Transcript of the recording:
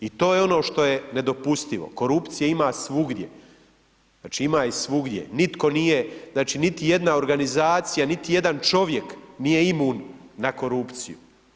I to je ono što je nedopustivo, korupcije ima svugdje, znači ima je svugdje, nitko nije, znači niti jedna organizacija, niti jedan čovjek nije imun na korupciju.